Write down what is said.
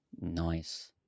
Nice